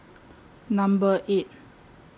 Number eight